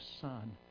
son